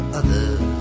others